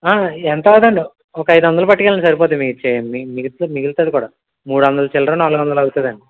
ఎంత అవ్వదు అండి ఒక ఐదు వందలు పట్టుకు వెళ్ళండి సరిపోతుంది మిగులుతుంది మిగులుతుంది కూడా మూడు వందల చిల్లర నాలుగు వందల అవుతుంది అండి